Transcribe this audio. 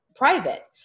private